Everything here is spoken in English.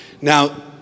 Now